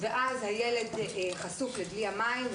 הילד חשוף לדלי המים,